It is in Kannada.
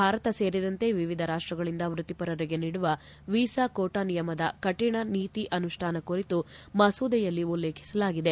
ಭಾರತ ಸೇರಿದಂತೆ ವಿವಿಧ ರಾಷ್ಟಗಳಿಂದ ವೃತ್ತಿಪರರಿಗೆ ನೀಡುವ ವೀಸಾ ಕೋಟಾ ನಿಯಮದ ಕಠಿಣ ನೀತಿ ಅನುಷ್ಠಾನ ಕುರಿತು ಮಸೂದೆಯಲ್ಲಿ ಉಲ್ಲೇಖಿಸಲಾಗಿದೆ